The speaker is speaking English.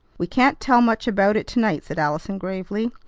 we can't tell much about it to-night, said allison gravely.